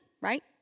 right